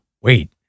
wait